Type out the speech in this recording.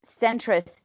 centrist